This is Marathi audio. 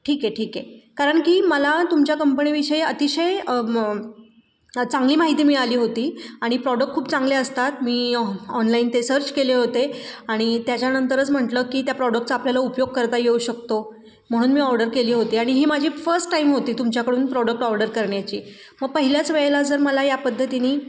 ठीक आहे ठीक आहे कारण की मला तुमच्या कंपनीविषयी अतिशय चांगली माहिती मिळाली होती आणि प्रॉडक्ट खूप चांगले असतात मी ऑ ऑनलाईन ते सर्च केले होते आणि त्याच्यानंतरच म्हंटलं की त्या प्रोडक्टचं आपल्याला उपयोग करता येऊ शकतो म्हणून मी ऑर्डर केली होती आणि ही माझी फर्स्ट टाईम होती तुमच्याकडून प्रॉडक्ट ऑर्डर करण्याची म पहिल्याच वेळेला जर मला या पद्धतीने